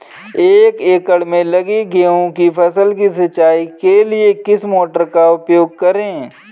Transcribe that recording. एक एकड़ में लगी गेहूँ की फसल की सिंचाई के लिए किस मोटर का उपयोग करें?